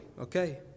okay